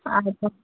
ଆଜ୍ଞା